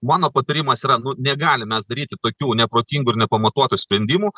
mano patarimas yra nu negalim mes daryti tokių neprotingų ir nepamatuotų sprendimų